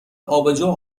آبجو